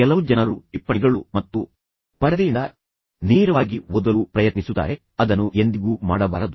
ಕೆಲವು ಜನರು ಟಿಪ್ಪಣಿಗಳು ಮತ್ತು ಪರದೆಯಿಂದ ನೇರವಾಗಿ ಓದಲು ಪ್ರಯತ್ನಿಸುತ್ತಾರೆ ಮತ್ತು ನೀವು ಅದನ್ನು ಎಂದಿಗೂ ಮಾಡಬಾರದು